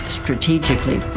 strategically